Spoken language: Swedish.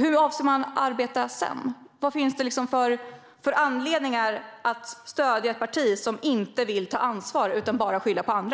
hur avser man att arbeta sedan? Vad finns det för anledningar att stödja ett parti som inte vill ta ansvar utan bara vill skylla på andra?